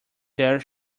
there